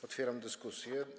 Otwieram dyskusję.